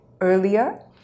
earlier